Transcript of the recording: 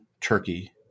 Turkey